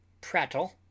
prattle